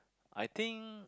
I think